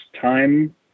time